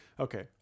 Okay